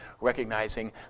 recognizing